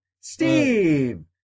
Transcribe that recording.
Steve